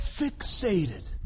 fixated